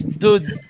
dude